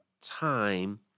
time